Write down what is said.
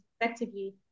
effectively